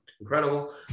incredible